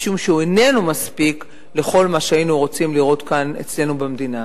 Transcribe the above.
משום שהוא איננו מספיק לכל מה שהיינו רוצים לראות כאן אצלנו במדינה.